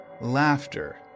Laughter